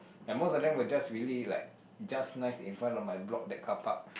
and most of them were just really like just nice in front of my block that car park